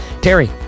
Terry